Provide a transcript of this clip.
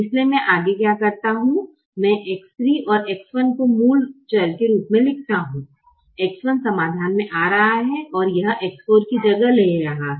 इसलिए मैं आगे क्या करता हूं मैं X 3 और X 1 को मूल चर के रूप में लिखता हूं X 1 समाधान में आ रहा है और यह X 4 की जगह ले रहा है